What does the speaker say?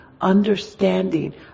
understanding